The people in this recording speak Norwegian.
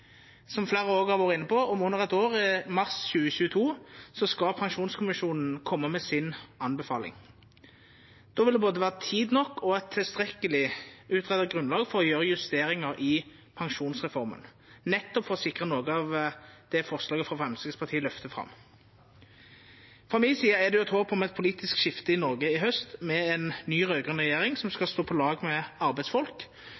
Som fleire òg har vore inne på, om under eitt år, i mars 2022, skal pensjonskommisjonen koma med si anbefaling. Då vil det både vera tid nok og eit tilstrekkeleg utgreidd grunnlag for å gjera justeringar i pensjonsreforma, nettopp for å sikra noko av det som forslaget frå Framstegspartiet løftar fram. Frå mi side er det håp om eit politisk skifte i Noreg i haust, med ei ny raud-grøn regjering som